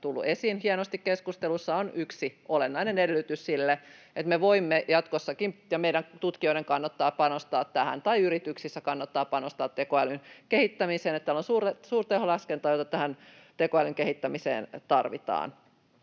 tullut hienosti esiin keskustelussa, on yksi olennainen edellytys sille, että jatkossakin me voimme ja meidän tutkijoiden kannattaa panostaa tai yrityksissä kannattaa panostaa tähän tekoälyn kehittämiseen, siis että täällä on suurteholaskentaa, jota tähän tekoälyn kehittämiseen tarvitaan.